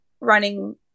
running